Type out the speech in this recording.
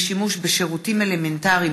משימוש בשירותים אלמנטריים,